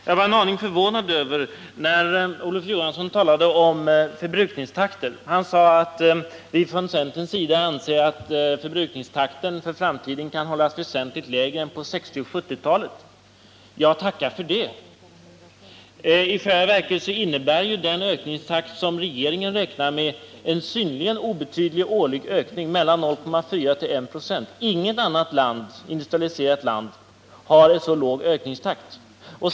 Jag blev en aning förvånad över vad Olof Johansson sade om förbrukningstakten. Han sade att centern anser att förbrukningstakten för framtiden kan hållas väsentligt lägre än på 1960 och 1970-talen. Ja, tacka för det! I själva verket innebär den ökningstakt som regeringen räknar med en synnerligen obetydlig årlig ökning — mellan 0,4 och 196. Inget annat industrialiserat land har så låg ökningstakt.